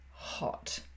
hot